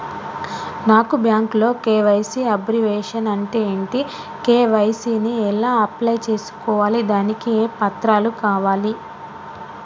నాకు బ్యాంకులో KYC abbreviation అంటే ఏంటి కే.వై.సీ ని ఎలా అప్లై చేసుకోవాలి దానికి ఏ పత్రాలు కావాలి?